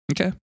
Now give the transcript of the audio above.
okay